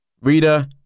Reader